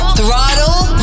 Throttle